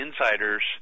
insiders